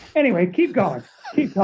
anyway, keep going.